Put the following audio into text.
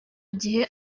gihe